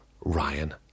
Ryan